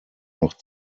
noch